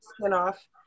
spin-off